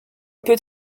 peut